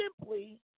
simply